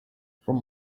from